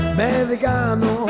Americano